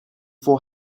for